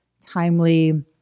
timely